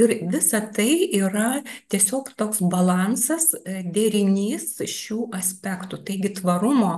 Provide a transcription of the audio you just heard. ir visa tai yra tiesiog toks balansas derinys šių aspektų taigi tvarumo